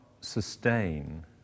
sustain